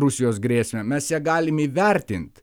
rusijos grėsmę mes ją galim įvertint